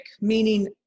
Meaning